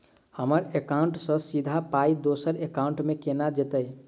हम्मर एकाउन्ट सँ सीधा पाई दोसर एकाउंट मे केना जेतय?